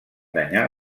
danyar